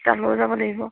তালৈ যাব লাগিব